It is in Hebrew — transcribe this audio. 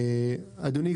אדוני,